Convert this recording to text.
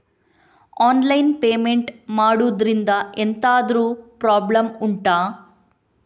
online payment ಮಾಡುದ್ರಿಂದ ಎಂತಾದ್ರೂ problem ಉಂಟಾ